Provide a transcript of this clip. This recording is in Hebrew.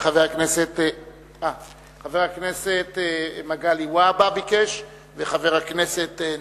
חבר הכנסת מגלי והבה ביקש, וכן חבר הכנסת נפאע.